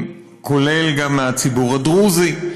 כולל גם מהציבור הדרוזי,